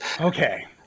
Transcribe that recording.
Okay